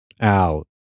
out